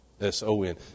S-O-N